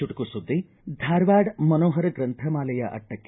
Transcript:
ಚುಟುಕು ಸುದ್ಗಿ ಧಾರವಾಡದ ಮನೋಹರ ಗ್ರಂಥಮಾಲೆಯ ಅಟ್ಟಕ್ಕೆ